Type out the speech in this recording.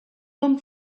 bon